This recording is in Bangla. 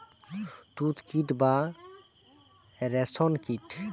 তুত কীট বা রেশ্ম কীট